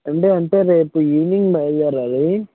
Sunday అంటే రేపు evening బయలుదేరాలి